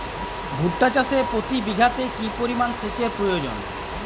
ভুট্টা চাষে প্রতি বিঘাতে কি পরিমান সেচের প্রয়োজন?